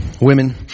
women